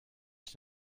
ich